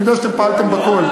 אני יודע שאתם פעלתם בכול.